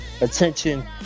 Attention